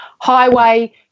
highway